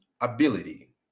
ability